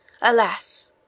alas